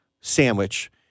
sandwich